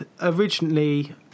originally